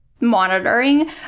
monitoring